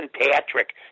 Patrick